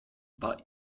war